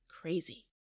crazy